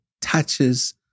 touches